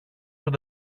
των